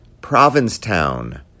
Provincetown